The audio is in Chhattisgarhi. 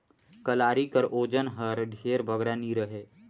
कलारी कर ओजन हर ढेर बगरा नी रहें